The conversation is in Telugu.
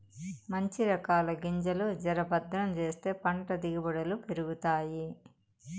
మంచి రకాల గింజలు జర భద్రం చేస్తే పంట దిగుబడులు పెరుగుతాయి